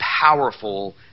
powerful